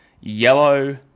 yellow